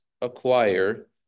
acquire